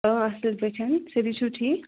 آ اَصٕل پٲٹھۍ سٲری چھُو ٹھیٖک